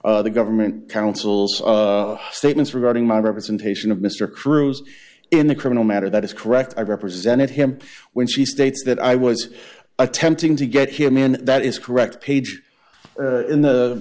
address the government counsel's statements regarding my representation of mr cruz in the criminal matter that is correct i represented him when she states that i was attempting to get him in that is correct page in the